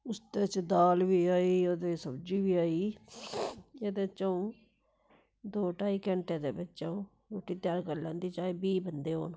उसदे च दाल बी आई ओह्दे च सब्ज़ी बी आई एह्दे च अ'ऊं दो ढाई घैंटे दे बिच्च अ'ऊं रुट्टी त्यार करी लैंदी अ'ऊं चाहे बीह् बन्दे होन